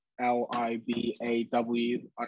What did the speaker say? L-I-B-A-W